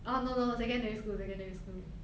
orh no no no secondary school secondary school